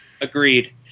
Agreed